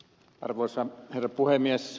arvoisa herra puhemies